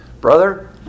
brother